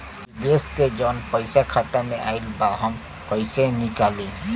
विदेश से जवन पैसा खाता में आईल बा हम कईसे निकाली?